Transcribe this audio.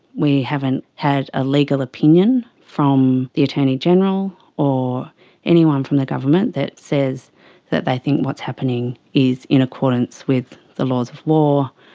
we haven't had a legal opinion from the attorney general or anyone from the government that says that they think what is happening is in accordance with the laws of war,